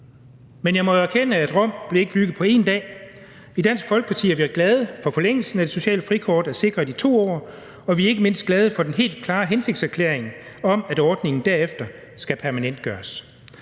Men jeg må erkende, at Rom ikke blev bygget på én dag. I Dansk Folkeparti er vi glade for, at forlængelsen af det sociale frikort er sikret i 2 år, og vi er ikke mindst glade for den helt klare hensigtserklæring om, at ordningen derefter skal permanentgøres.